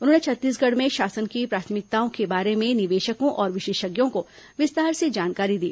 उन्होंने छत्तीसगढ़ में शासन की प्राथमिकताओं के बारे में निवेशकों और विशेषज्ञों को विस्तार से जानकारी दी